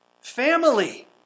Family